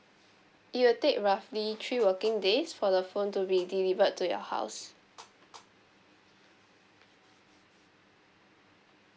it will take roughly three working days for the phone to be delivered to your house